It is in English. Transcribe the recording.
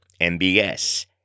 MBS